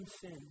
sin